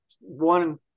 one